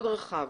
מאוד רחב.